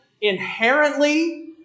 inherently